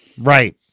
Right